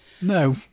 no